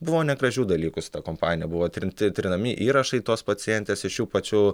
buvo negražių dalykų su ta kompanija buvo trinti trinami įrašai tos pacientės iš jų pačių